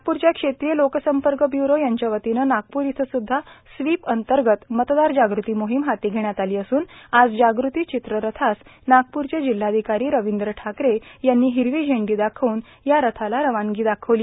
नागपूरच्या क्षेत्रिय लोकसंपर्क ब्युरो यांच्या वतीनं नागपूर इथं सुद्धा स्वीपअंतर्गत मतदार जाग्रती मोहिम हाती घेण्यात आली असून आज जागृती चित्ररथास नागपूरचे जिल्हाधिकारी रविंद्र ठाकरे यांनी झेंडी दाखवून या रथास रवानगी केली